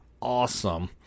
awesome